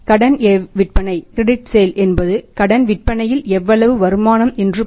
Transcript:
கடன் விற்பனை என்பது கடன் விற்பனையில் எவ்வளவு வருமானம் என்று பொருள்